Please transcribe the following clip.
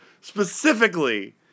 Specifically